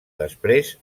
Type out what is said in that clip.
després